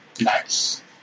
Nice